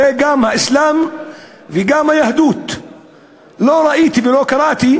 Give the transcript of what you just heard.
הרי גם באסלאם וגם ביהדות לא ראיתי ולא קראתי